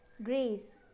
Grace